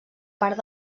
part